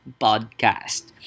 Podcast